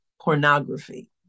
pornography